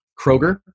Kroger